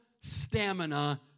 stamina